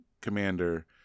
commander